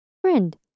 friend